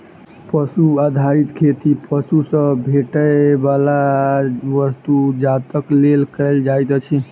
पशु आधारित खेती पशु सॅ भेटैयबला वस्तु जातक लेल कयल जाइत अछि